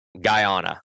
Guyana